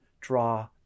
draw